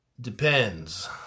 Depends